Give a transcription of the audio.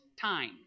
time